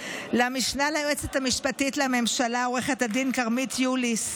למשנה ליועצת המשפטית לממשלה עו"ד כרמית יוליס,